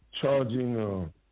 charging